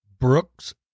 Brooks